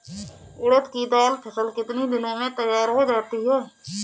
उड़द की फसल कितनी दिनों में तैयार हो जाती है?